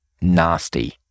nasty